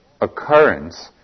occurrence